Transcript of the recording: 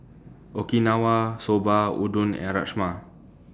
Okinawa Soba Udon and Rajma